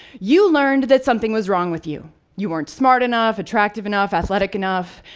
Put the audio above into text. you learned that something was wrong with you you weren't smart enough, attractive enough, athletic enough.